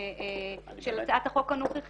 ואת גם תמכת